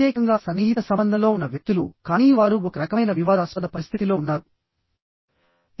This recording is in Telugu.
ప్రత్యేకంగా సన్నిహిత సంబంధంలో ఉన్న వ్యక్తులు కానీ వారు ఒక రకమైన వివాదాస్పద పరిస్థితిలో ఉన్నారు